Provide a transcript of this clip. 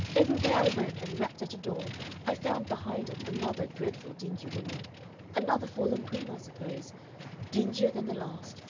everywhere i went and rapped at a door i found behind it another dreadful dingy woman another fallen queen, i suppose dingier than the last,